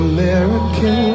American